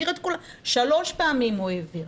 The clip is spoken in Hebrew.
שלוש פעמים הוא העביר.